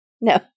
No